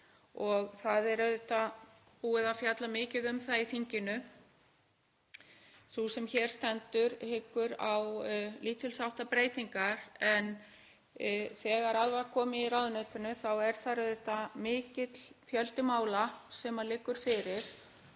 og það er auðvitað búið að fjalla mikið um það í þinginu. Sú sem hér stendur hyggur á lítils háttar breytingar en þegar að var komið í ráðuneytinu er þar auðvitað mikill fjöldi mála sem liggur fyrir